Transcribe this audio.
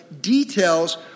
details